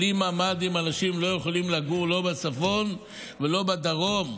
בלי ממ"דים אנשים לא יכולים לגור לא בצפון ולא בדרום.